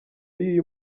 y’uyu